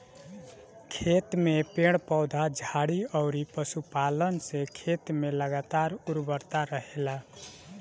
खेत में पेड़ पौधा, झाड़ी अउरी पशुपालन से खेत में लगातार उर्वरता रहेला